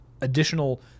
additional